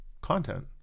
content